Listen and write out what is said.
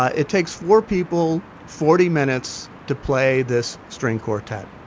ah it takes four people forty minutes to play this string quartet.